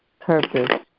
purpose